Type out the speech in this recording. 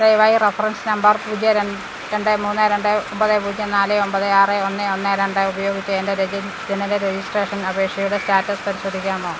ദയവായി reference number പൂജ്യം രണ്ട് മൂന്ന് രണ്ട് ഒമ്പത് പൂജ്യം നാല് ഒമ്പത് ആറ് ഒന്ന് ഒന്ന് രണ്ട് ഉപയോഗിച്ച് എൻ്റെ ജനന രജിസ്ട്രേഷൻ അപേക്ഷയുടെ സ്റ്റാറ്റസ് പരിശോധിക്കാമോ